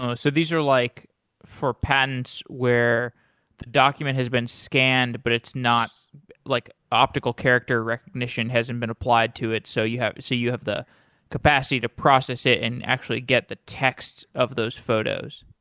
ah so these are like for patents where the document has been scanned but it's not like optical character recognition hasn't been applied to it, so you have so you have the capacity to process it and actually get the texts of those photos.